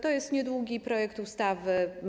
To jest niedługi projekt ustawy.